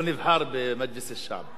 הוא נבחר במג'לס אלשעב.